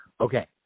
okay